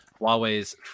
Huawei's